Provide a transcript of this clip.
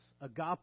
agape